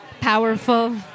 powerful